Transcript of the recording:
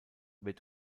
wird